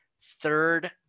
third